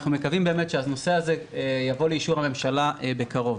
אנחנו מקווים שהנושא הזה יבוא לאישור הממשלה בקרוב.